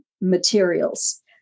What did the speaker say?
materials